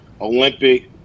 Olympic